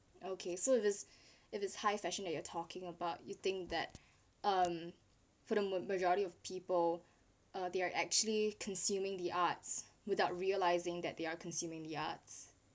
okay so this if it's high fashion that you're talking about you think that um for the majority of people uh they are actually consuming the arts without realising that they are consuming the arts